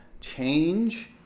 change